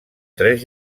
tres